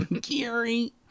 Gary